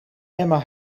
emma